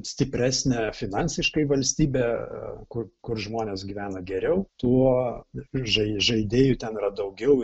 stipresnė finansiškai valstybė kur kur žmonės gyvena geriau tuo žai žaidėjų ten yra daugiau